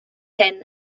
hyn